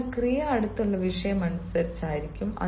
അതിനാൽ ക്രിയ അടുത്തുള്ള വിഷയം അനുസരിച്ച് ആയിരിക്കും